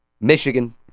Michigan